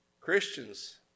Christians